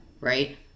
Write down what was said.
Right